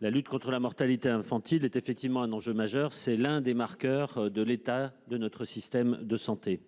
la lutte contre la mortalité infantile est en effet un enjeu majeur : c'est l'un des marqueurs de l'état de notre système de santé.